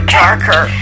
darker